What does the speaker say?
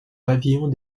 pavillons